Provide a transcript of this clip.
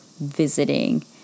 visiting